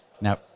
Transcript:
now